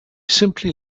simply